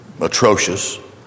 atrocious